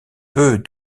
peu